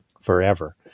forever